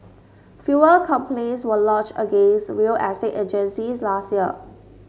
fewer complaints were lodged against real estate agencies last year